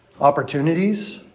opportunities